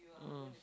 mm